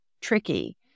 tricky